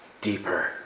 deeper